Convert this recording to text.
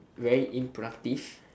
very unproductive